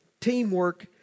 teamwork